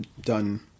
done